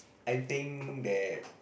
I think that